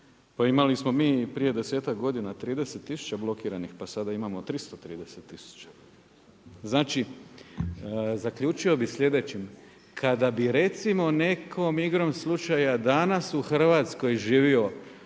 Pa imali smo mi i prije dvadesetak godina 30000 blokiranih, pa sada imamo 330000. Znači, zaključio bih sljedeće. Kada bi recimo nekom igrom slučaja danas u Hrvatskoj živio